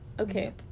Okay